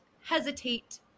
hesitate